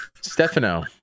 Stefano